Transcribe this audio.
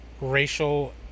racial